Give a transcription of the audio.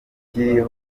akwiye